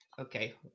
okay